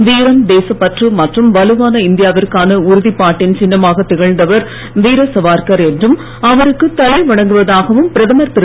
வீரம் தேசப்பற்று மற்றும் வலுவான இந்தியாவிற்கான உறுதிப்பாட்டின் சின்னமாகத் திகழ்ந்தவர் வீரசாவர்கர் என்றும் அவருக்கு தலைவணங்குவதாகவும் பிரதமர் திரு